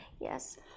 Yes